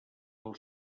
del